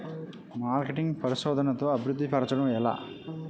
marketing పరిశోధనదా అభివృద్ధి పరచడం ఎలా